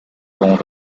con